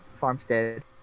farmstead